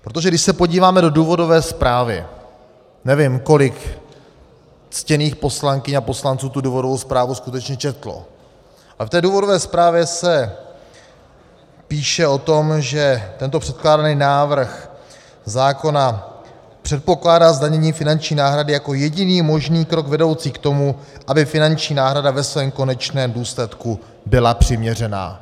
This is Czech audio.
Protože když se podíváme do důvodové zprávy, nevím kolik ctěných poslankyň a poslanců tu důvodovou zprávu skutečně četlo, v té důvodové zprávě se píše o tom, že tento předkládaný návrh zákona předpokládá zdanění finanční náhrady jako jediný možný krok vedoucí k tomu, aby finanční náhrada ve svém konečném důsledku byla přiměřená.